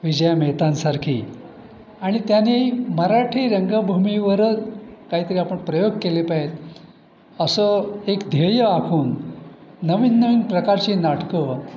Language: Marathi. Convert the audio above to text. विजय मेहतांसारखी आणि त्यांनी मराठी रंगभूमीवर काहीतरी आपण प्रयोग केले पायेत असं एक ध्येय आखून नवीन नवीन प्रकारची नाटकं